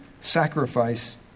sacrifice